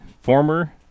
former